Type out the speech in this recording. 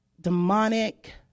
demonic